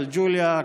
ג'לג'וליה,